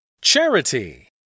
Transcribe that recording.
Charity